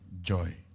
joy